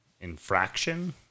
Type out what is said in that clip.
infraction